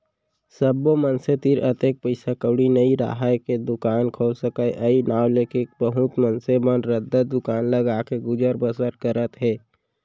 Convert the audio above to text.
सब्बो मनसे तीर अतेक पइसा कउड़ी नइ राहय के दुकान खोल सकय अई नांव लेके बहुत मनसे मन रद्दा दुकान लगाके गुजर बसर करत हें